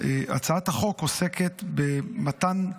רישוי עסקים (תיקון מס' 39),